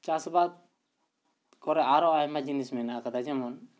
ᱪᱟᱥᱵᱟᱫ ᱠᱚᱨᱮ ᱟᱨᱚ ᱟᱭᱢᱟ ᱡᱤᱱᱤᱥ ᱢᱮᱱᱟᱜ ᱟᱠᱟᱫᱟ ᱡᱮᱢᱚᱱ